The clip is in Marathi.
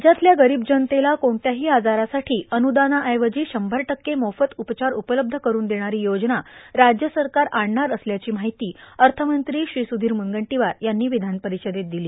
राज्यातल्या गरीब जनतेला कोणत्याही आजारासाठी अनुदानाऐवजी शंभर टक्के मोफत उपचार उपलब्ध करून देणारी योजना राज्य सरकार आणणार असल्याची माहिती अर्थमंत्री श्री सुधीर मुनगंटीवार यांनी विधान परिषदेत दिली